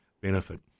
benefit